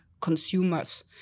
consumers